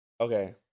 Okay